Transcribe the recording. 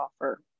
offer